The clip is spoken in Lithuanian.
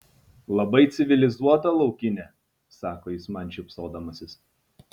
labai civilizuota laukinė sako jis man šypsodamasis